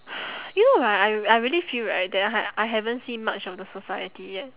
you know right I I really feel right that I ha~ I haven't seen much of the society yet